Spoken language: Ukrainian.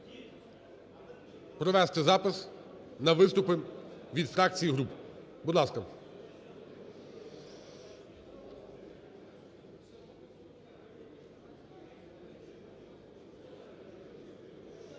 провести запис на виступи від фракцій і груп. Будь ласка.